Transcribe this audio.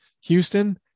Houston